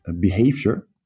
behavior